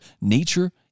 nature